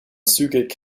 zügig